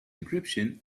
encryption